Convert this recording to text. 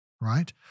right